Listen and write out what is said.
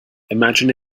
imagine